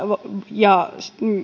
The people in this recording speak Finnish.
ja